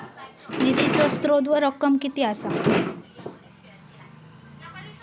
निधीचो स्त्रोत व रक्कम कीती असा?